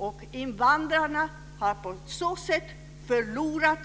Och invandrarna har på så sätt förlorat